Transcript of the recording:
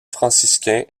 franciscains